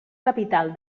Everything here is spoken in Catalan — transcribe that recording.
capital